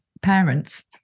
parents